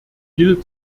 viele